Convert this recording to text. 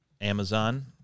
Amazon